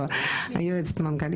מירב,